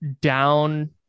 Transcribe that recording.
down